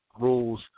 rules